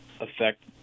affect